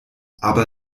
aber